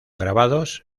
grabados